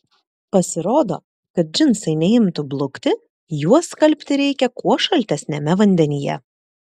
pasirodo kad džinsai neimtų blukti juos skalbti reikia kuo šaltesniame vandenyje